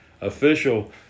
official